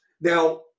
now